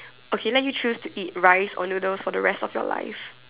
okay let you choose to eat rice or noodles for the rest of your life